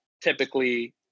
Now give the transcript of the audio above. typically